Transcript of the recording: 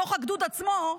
בתוך הגדוד עצמו,